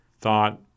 thought